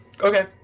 Okay